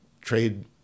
trade